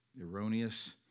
erroneous